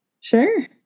Sure